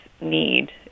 need